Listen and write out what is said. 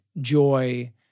joy